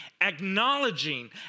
Acknowledging